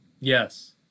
Yes